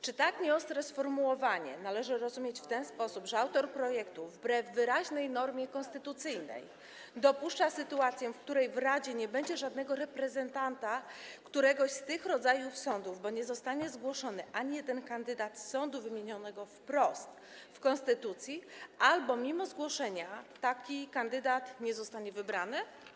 Czy tak nieostre sformułowanie należy rozumieć w ten sposób, że autor projektu, wbrew wyraźnej normie konstytucyjnej, dopuszcza sytuację, w której w radzie nie będzie żadnego reprezentanta któregoś z tych rodzajów sądów, bo nie zostanie zgłoszony ani jeden kandydat z sądu wymienionego wprost w konstytucji albo mimo zgłoszenia taki kandydat nie zostanie wybrany?